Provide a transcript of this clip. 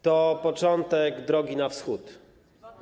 To początek drogi na Wschód.